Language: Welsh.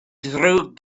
ddrwg